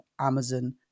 Amazon